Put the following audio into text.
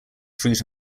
fruit